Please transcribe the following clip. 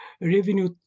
revenue